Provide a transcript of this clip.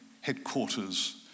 headquarters